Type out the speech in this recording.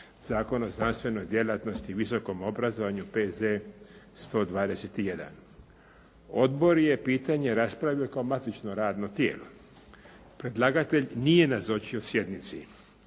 Zakona o znanstvenoj djelatnosti i visokom obrazovanju, P.Z. 121. Odbor je pitanje raspravio kao matično radno tijelo. Predlagatelj nije nazočio sjednici.